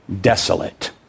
desolate